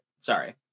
Sorry